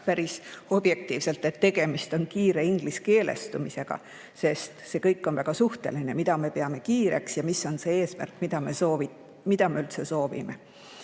päris objektiivselt, et tegemist on kiire ingliskeelestumisega, sest see kõik on väga suhteline, mida me peame kiireks ja mis on see eesmärk, mida me üldse soovime.